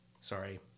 Sorry